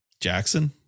Jackson